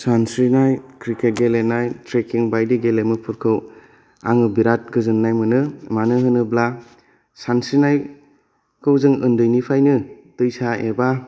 सानस्रिनाय क्रिकेट गेलेनाय ट्रेकिं बायदि गेलेमुफोरखौ आङो बिरात गोजोननाय मोनो मानो होनोब्ला सानस्रिनायखौ जों ओन्दैनिफ्रायनो दैसा एबा